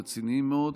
רציניים מאוד.